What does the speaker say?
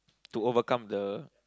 to overcome the